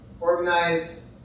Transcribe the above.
organize